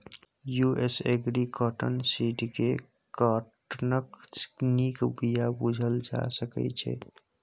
US agri cotton seed केँ काँटनक नीक बीया बुझल जा सकै छै